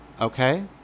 okay